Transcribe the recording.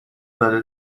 داده